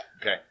Okay